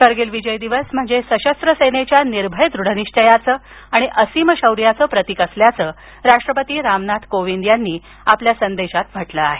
करगिल विजय दिवस म्हणजे सशस्त्र सेनेच्या निर्भय दृढनिश्वयाचं आणि असीम शौर्याचं प्रतीक असल्याचं राष्ट्रपती रामनाथ कोविंद यांनी आपल्या संदेशात म्हटलं आहे